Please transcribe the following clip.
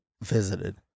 visited